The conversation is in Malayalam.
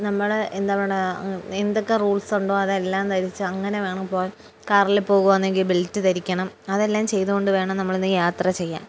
നമ്മള് എന്തടെ എന്തൊക്കെ റൂൾസ് ഉണ്ടോ അതെല്ലാം ധരിച്ച് അങ്ങനെ വേണം പോ കാറില് പോകുവവാന്നെങ്കി ബെിൽറ്റ് ധരിക്കണം അതെല്ലാം ചെയ്തോൊണ്ട് വേണം നമ്മളെന്ത യാത്ര ചെയ്യാം